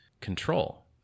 control